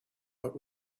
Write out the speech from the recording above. what